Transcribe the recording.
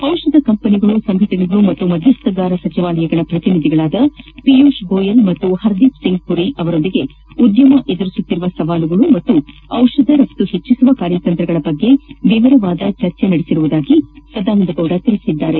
ದಿಷಧ ಕಂಪನಿಗಳು ಸಂಘಟನೆಗಳು ಮತ್ತು ಮಧ್ಯಸ್ಥಗಾರ ಸಚಿವಾಲಯಗಳ ಪ್ರತಿನಿಧಿಗಳಾದ ಎಯೂಷ್ ಗೋಯಲ್ ಮತ್ತು ಹರ್ದೀಪ್ ಸಿಂಗ್ ಪುರಿ ಅವರೊಂದಿಗೆ ಉದ್ಭಮ ಎದುರಿಸುತ್ತಿರುವ ಸವಾಲುಗಳು ಮತ್ತು ದಿಷಧ ರಪ್ತು ಹೆಚ್ಚಿಸುವ ಕಾರ್ಯತಂತ್ರಗಳ ಕುರಿತು ವಿವರವಾದ ಚರ್ಚಿ ನಡೆಸಿರುವುದಾಗಿ ಸದಾನಂದ ಗೌಡ ತಿಳಿಸಿದರು